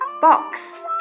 Box